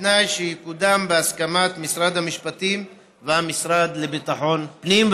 ובתנאי שתקודם בהסכמת משרד המשפטים והמשרד לביטחון הפנים,